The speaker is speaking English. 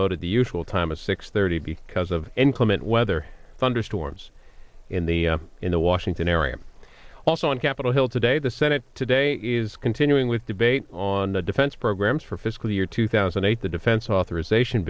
at the usual time of six thirty because of inclement weather thunderstorms in the in the washington area also on capitol hill today the senate today is continuing with debate on the defense programs for fiscal year two thousand and eight the defense authorization